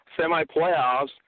semi-playoffs